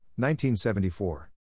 1974